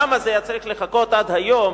למה זה היה צריך לחכות עד היום,